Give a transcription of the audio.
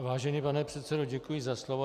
Vážený pane místopředsedo, děkuji za slovo.